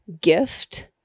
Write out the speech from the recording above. gift